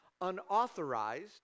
unauthorized